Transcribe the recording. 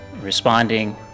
responding